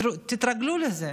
תתרגלו לזה